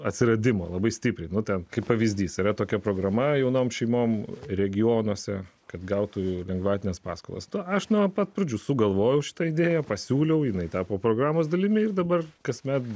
atsiradimo labai stipriai tam kaip pavyzdys yra tokia programa jaunoms šeimoms regionuose kad gautų lengvatines paskolas to aš nuo pat pradžių sugalvojau šitą idėją pasiūliau jinai tapo programos dalimi ir dabar kasmet